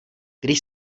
když